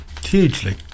Hugely